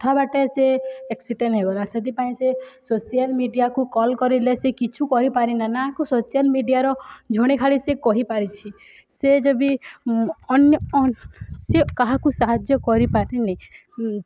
ତା' ବାଟେ ସେ ଏକ୍ସିଡେଣ୍ଟ ହେଇଗଲା ସେଥିପାଇଁ ସେ ସୋସିଆଲ ମିଡ଼ିଆକୁ କଲ୍ କରିଲେ ସେ କିଛି କରିପାରନା ନାକୁ ସୋସିଆଲ ମିଡ଼ିଆର ଜଣେ ଖାଲି ସେ କହିପାରିଛି ସେ ଯଦି ବିି ଅନ୍ୟ ସେ କାହାକୁ ସାହାଯ୍ୟ କରିପାରେନି